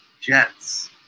Jets